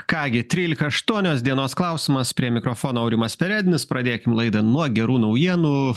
ką gi trylika aštuonios dienos klausimas prie mikrofono aurimas perednis pradėkim laidą nuo gerų naujienų